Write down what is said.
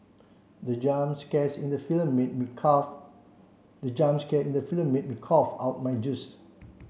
the jump scare in the film made me the jump scare in the film made me cough out my juice